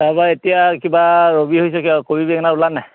তাৰবা এতিয়া কিবা কবি হৈছে কবি বেঙেনা ওলালনে